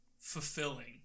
fulfilling